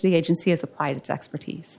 the agency has applied to expertise